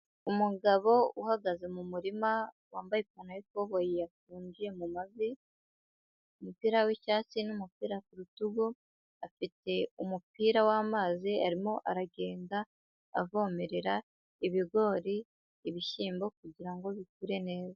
Umugabo uhagaze mu murima wambaye ipantaro y'ikoboyi yafungiye mu mavi, umupira w'icyatsi n'umupira ku rutugu, afite umupira w'amazi arimo aragenda avomerera ibigori, ibishyimbo kugira ngo bikure neza.